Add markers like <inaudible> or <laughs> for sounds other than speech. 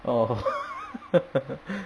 orh <laughs>